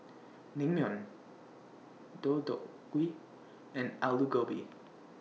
Naengmyeon Deodeok Gui and Alu Gobi